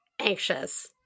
anxious